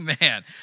man